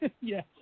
Yes